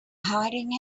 hiding